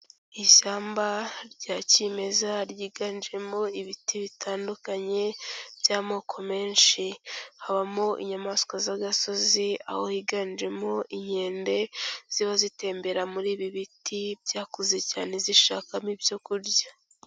Ishyamba rya kimeza ryiganjemo ibiti bitandukanye by'amoko menshi, habamo inyamaswa z'agasozi aho higanjemo inkende ziba zitembera muri ibi biti byakuze cyane zishakamo ibyo kurya.